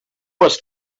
was